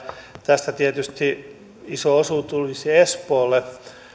tästä tietysti iso osuus tulisi espoolle